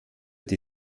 die